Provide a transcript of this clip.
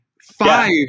five